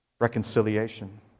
reconciliation